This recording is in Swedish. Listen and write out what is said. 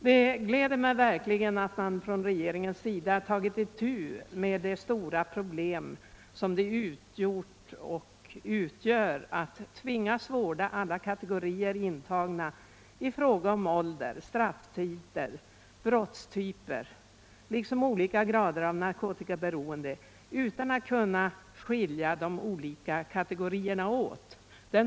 Det gläder mig verkligen att regeringen tagit itu med det stora problem som det utgjort och utgör att man tvingas vårda intagna av alla kategorier : fråga om ålder, strafftider och brotistyper liksom i fråga om olika grader av narkotikaberoende utan att kunna skilja de olika kategorierna åt.